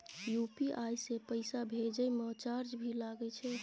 UPI से पैसा भेजै म चार्ज भी लागे छै?